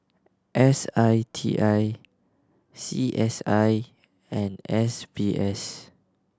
S I T I C S I and S B S